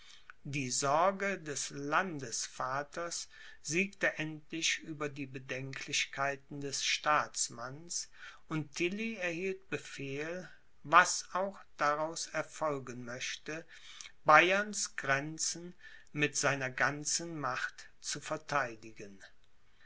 die sorge des landesvaters siegte endlich über die bedenklichkeiten des staatsmanns und tilly erhielt befehl was auch daraus erfolgen möchte bayerns grenzen mit seiner ganzen macht zu vertheidigen